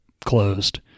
closed